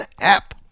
app